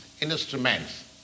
instruments